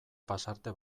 pasarte